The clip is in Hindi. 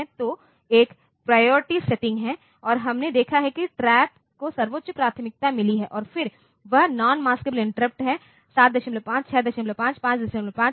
तो एक प्रायोरिटी सेटिंग है और हमने देखा है कि TRAP को सर्वोच्च प्राथमिकता मिली है और फिर वह नॉन मस्क़ब्ल इंटरप्ट है 75 65 55 में